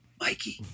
Mikey